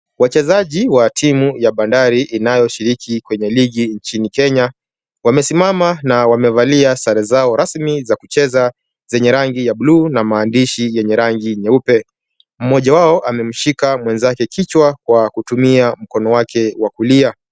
Wachezaji wa timu ya Bandari inayoshiriki kwenye ligi nchini Kenya, wamesimama na wamevalia sare zao rasmi za kucheza zenye rangi ya blue na maandishi yenye rangi nyeupe. Mmoja wao amemshika mwenzake kichwa kwa kutumia mkono wake wa kulia.